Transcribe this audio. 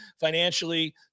financially